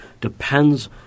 depends